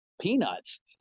peanuts